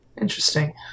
Interesting